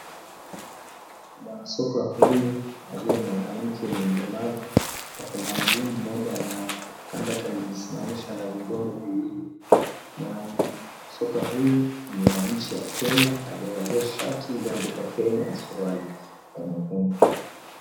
Mwanasoka huyu, aliye mwanamke ni mlemavu, ako na mguu mmoja na kando yake amejisimamisha na vigongo viwili. Mwanasoka huyu ni wa nchi ya Kenya, aliyevalia shati iliyoandikwa Kenya na suruali ya nyekundu.